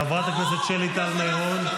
חברת הכנסת שלי טל מירון.